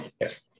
yes